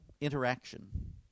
interaction